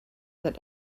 that